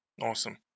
awesome